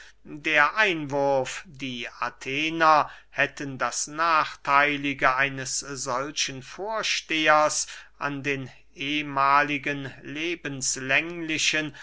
der einwurf die athener hätten das nachtheilige eines solchen vorstehers an den ehmahligen lebenslänglichen